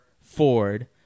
Ford